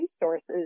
resources